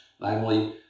namely